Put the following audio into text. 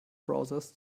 browsers